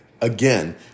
Again